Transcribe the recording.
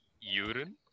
urine